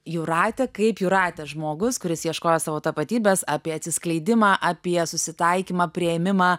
jūratė kaip jūratė žmogus kuris ieškojo savo tapatybės apie atsiskleidimą apie susitaikymą priėmimą